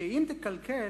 שאם תקלקל,